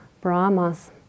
brahmas